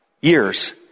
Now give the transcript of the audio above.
years